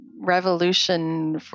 revolution